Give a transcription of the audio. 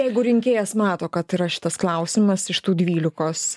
jeigu rinkėjas mato kad yra šitas klausimas iš tų dvylikos